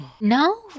no